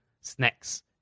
snacks